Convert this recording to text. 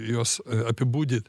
juos apibūdint